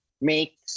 make